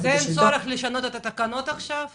אז אין צורך לשנות את החוק